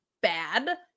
bad